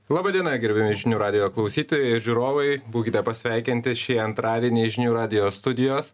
laba diena gerbiami žinių radijo klausytojai ir žiūrovai būkite pasveikinti šį antradienį iš žinių radijo studijos